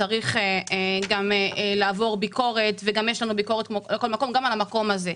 צריך גם לעבור ביקורת וגם יש לנו ביקורת על המקום הזה.